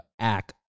act